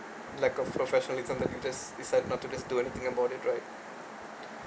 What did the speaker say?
lack of professionalism that you just is like not to just do anything about it right